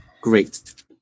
Great